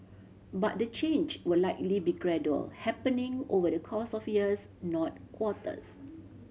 but the change will likely be gradual happening over the course of years not quarters